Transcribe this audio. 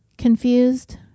Confused